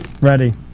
ready